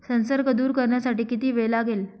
संसर्ग दूर करण्यासाठी किती वेळ लागेल?